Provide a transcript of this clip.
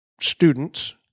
students